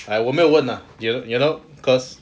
I 我没有问 lah you you know cause